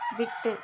விட்டு